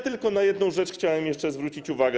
Tylko na jedną rzecz chciałem jeszcze zwrócić uwagę.